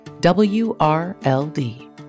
W-R-L-D